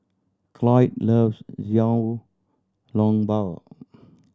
Cloyd loves Xiao Long Bao